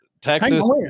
Texas